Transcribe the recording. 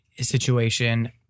situation